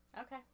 Okay